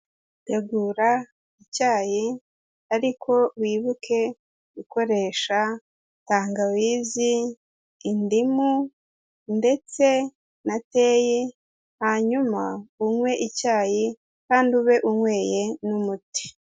Tegura icyayi ariko wibuke gukoresha tangawizi, indimu ndetse na teyi, hanyuma unywe icyayi kandi ube unyweye n'umuti.